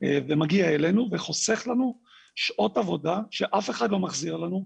ומגיע אלינו וחוסך לנו שעות עבודה שאף אחד לא מחזיר לנו.